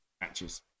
matches